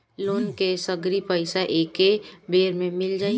Loan के सगरी पइसा एके बेर में मिल जाई?